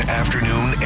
afternoon